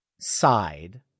side